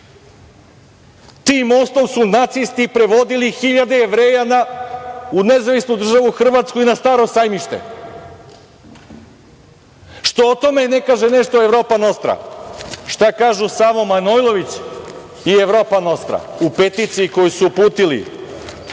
tim mostom su nacisti prevodili hiljade Jevreja u NDH i na Staro sajmište. Što o tome ne kaže nešto Evropa Nostra? Šta kažu Savo Manojlović i Evropa Nostra u peticiji koju su uputili Zoranu